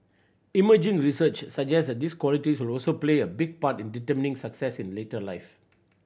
emerging research suggests that these qualities also play a big part in determining success in later life